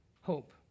hope